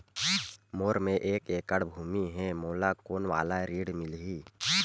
मोर मेर एक एकड़ भुमि हे मोला कोन वाला ऋण मिलही?